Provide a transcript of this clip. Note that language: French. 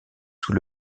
sous